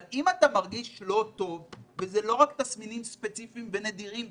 אבל אם אתה מרגיש לא טוב וזה לא רק תסמינים ספציפיים ונדירים,